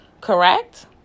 Correct